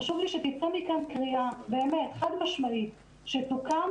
חשוב לי שתצא מכאן קריאה חד משמעית שתוקם